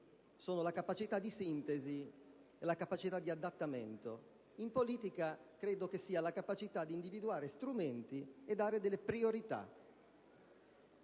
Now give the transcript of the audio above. umana: la capacità di sintesi e la capacità di adattamento. In politica, io credo che l'attributo sia la capacità di individuare strumenti e individuare delle priorità.